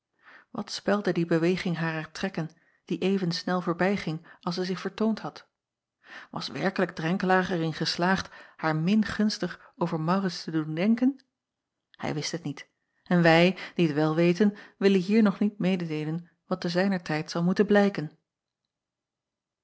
at spelde die beweging harer trekken die even snel voorbijging als zij zich vertoond had as werkelijk renkelaer er in geslaagd haar min gunstig over aurits te doen denken ij wist het niet en wij die t wel weten willen hier nog niet mededeelen wat te zijner tijd zal moeten blijken